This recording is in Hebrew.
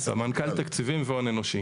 סמנכ"ל תקציבים והון אנושי.